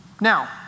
Now